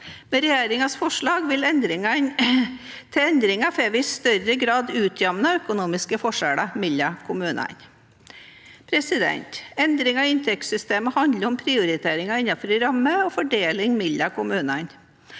Med regjeringens forslag til endringer får vi i større grad utjevnet økonomiske forskjeller mellom kommunene. Endringer i inntektssystemet handler om prioriteringer innenfor en ramme og fordeling mellom kommuner.